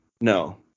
no